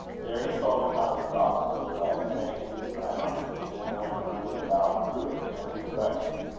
there he told him how the drops of wet sank into the ground, and then went running about through it in every direction,